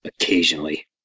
occasionally